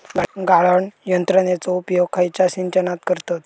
गाळण यंत्रनेचो उपयोग खयच्या सिंचनात करतत?